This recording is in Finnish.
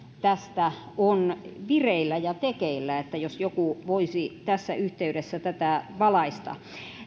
tästä on vireillä ja tekeillä niin joku voisi tässä yhteydessä tätä valaista